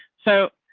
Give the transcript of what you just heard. so.